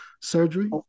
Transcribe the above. surgery